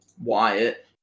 Wyatt